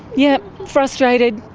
yep, frustrated,